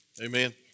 Amen